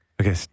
Okay